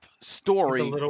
story